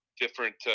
different